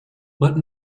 mutt